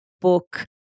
book